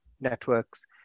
networks